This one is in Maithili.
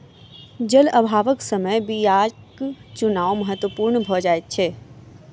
जल अभावक समय बीयाक चुनाव महत्पूर्ण भ जाइत अछि